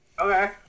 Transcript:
Okay